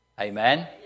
Amen